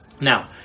Now